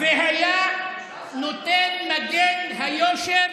והיה נותן את מגן היושר